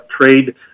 trade